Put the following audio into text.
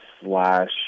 slash